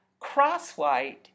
Crosswhite